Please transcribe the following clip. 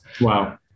Wow